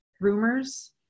Rumors